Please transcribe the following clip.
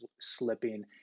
slipping